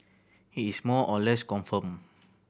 it is more or less confirmed